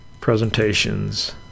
presentations